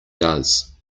does